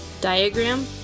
diagram